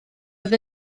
oedd